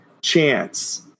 chance